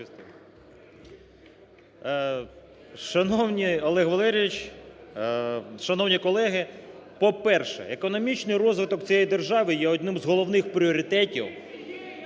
Шановні колеги! По-перше, економічний розвиток цієї держави є одним із головних пріоритетів…